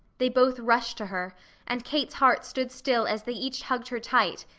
they both rushed to her and kate's heart stood still as they each hugged her tight,